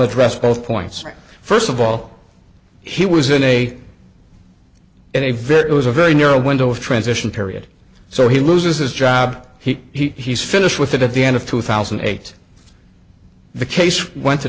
address both points first of all he was in a in a very it was a very narrow window of transition period so he loses his job he's finished with it at the end of two thousand and eight the case went to